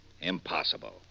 Impossible